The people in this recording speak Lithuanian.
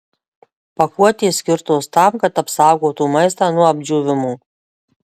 pakuotės skirtos tam kad apsaugotų maistą nuo apdžiūvimo